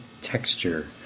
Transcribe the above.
texture